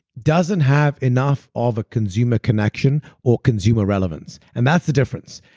doesn't have enough of a consumer connection or consumer relevance. and that's the difference.